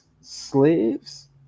slaves